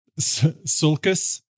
sulcus